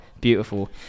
beautiful